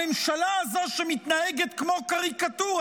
הממשלה הזו, שמתנהגת כמו קריקטורה,